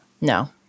No